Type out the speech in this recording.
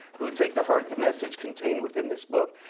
who take to heart the message contained within this book.